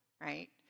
right